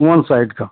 one side का